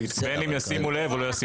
בין אם ישימו לב ובין אם לאו.